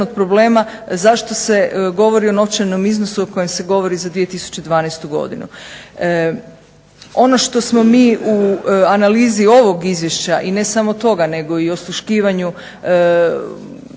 od problema zašto se govori o novčanom iznosu o kojem se govori za 2012. godinu. Ono što smo mi u analizi ovog izvješća i ne samo toga nego i osluškivanju